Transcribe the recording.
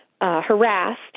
harassed